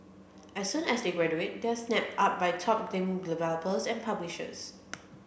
as soon as they graduate they are snapped up by top game developers and publishers